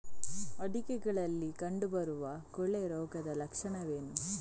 ಅಡಿಕೆಗಳಲ್ಲಿ ಕಂಡುಬರುವ ಕೊಳೆ ರೋಗದ ಲಕ್ಷಣವೇನು?